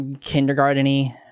kindergarten-y